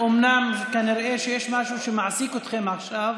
כנראה שיש משהו שמעסיק אתכם עכשיו,